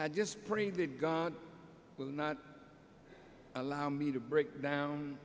i just prayed that god will not allow me to break down